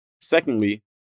Secondly